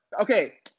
Okay